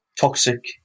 toxic